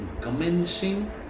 commencing